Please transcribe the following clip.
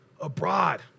abroad